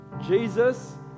Jesus